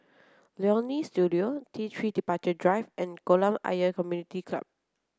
Leonie Studio T Three Departure Drive and Kolam Ayer Community Club